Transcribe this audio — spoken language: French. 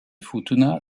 futuna